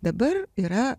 dabar yra